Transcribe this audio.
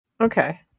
Okay